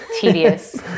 tedious